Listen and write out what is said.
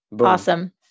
Awesome